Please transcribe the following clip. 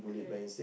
correct